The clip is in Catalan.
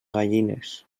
gallines